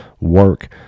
work